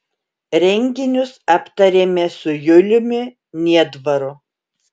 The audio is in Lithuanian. renginius aptarėme su juliumi niedvaru